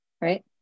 right